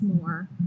more